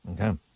Okay